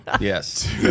yes